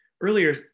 earlier